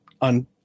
on